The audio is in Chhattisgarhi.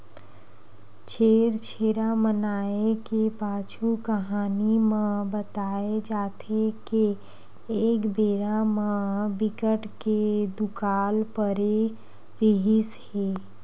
छेरछेरा मनाए के पाछू कहानी म बताए जाथे के एक बेरा म बिकट के दुकाल परे रिहिस हे